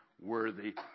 Worthy